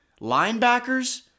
linebackers